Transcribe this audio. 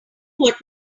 what